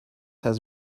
has